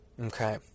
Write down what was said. Okay